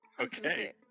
okay